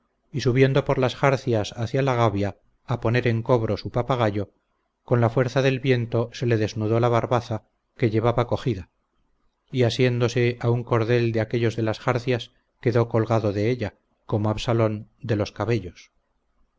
y subiendo por las jarcias hacia la gavia a poner en cobro su papagayo con la fuerza del viento se le desnudó la barbaza que llevaba cogida y asiéndose a un cordel de aquellos de las jarcias quedó colgado de ella como absalón de los cabellos